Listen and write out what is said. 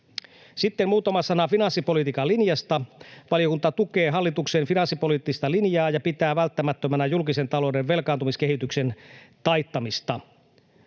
Sitten muutama sana finanssipolitiikan linjasta. Valiokunta tukee hallituksen finanssipoliittista linjaa ja pitää välttämättömänä julkisen talouden velkaantumiskehityksen taittamista.